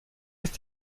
ist